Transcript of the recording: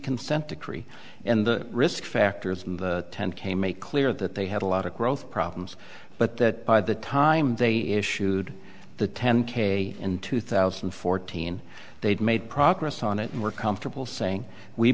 consent decree in the risk factors ten k make clear that they had a lot of growth problems but that by the time they issued the ten k in two thousand and fourteen they'd made progress on it and we're comfortable saying we